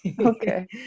Okay